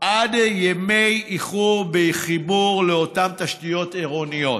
על ימי איחור בחיבור לאותן תשתיות עירוניות,